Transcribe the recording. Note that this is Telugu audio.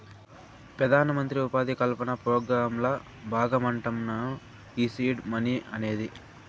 పెదానమంత్రి ఉపాధి కల్పన పోగ్రాంల బాగమంటమ్మను ఈ సీడ్ మనీ అనేది